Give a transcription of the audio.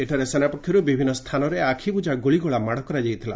ଏଠାରେ ସେନାପକ୍ଷରୁ ବିଭିନ୍ନ ସ୍ଥାନରେ ଆଖିବୁଜା ଗୁଳିଗୋଳା ମାଡ଼ କରାଯାଇଥିଲା